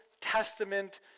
Testament